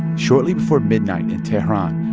shortly before midnight in tehran,